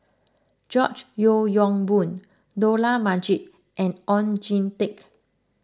George Yeo Yong Boon Dollah Majid and Oon Jin Teik